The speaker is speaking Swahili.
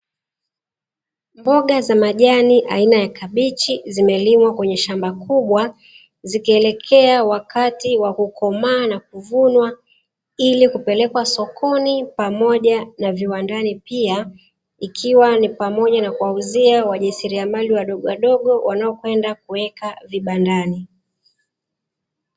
Mboga za majani aina ya kabichi, zimelimwa kwenye shamba kubwa, zikielekea wakati wa kukomaa na kuvunwa ili kupelekwa sokoni pamoja na viwandani pia, ikiwa ni pamoja kuwauzia wajasiriamali wadogowadogo wanaokwenda kuweka vibandani.